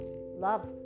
love